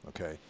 okay